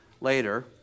later